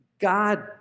God